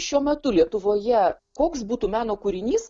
šiuo metu lietuvoje koks būtų meno kūrinys